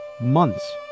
months